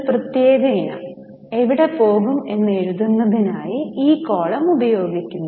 ഒരു പ്രത്യേക ഇനം എവിടെ പോകും എന്ന് എഴുതുന്നതിനായി ഈ കോളം ഉപയോഗിക്കുന്നു